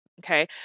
okay